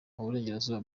burengero